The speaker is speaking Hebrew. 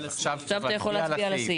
עכשיו אתה יכול להצביע על הסעיף.